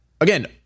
Again